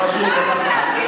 כי אתה לא.